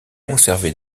conservés